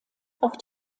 auch